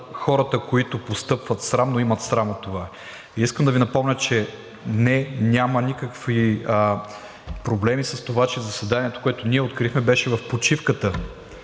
хората, които постъпват срамно, имат срам от това. Искам да Ви напомня, че – не, няма никакви проблеми с това, че заседанието, което ние открихме, беше в почивката,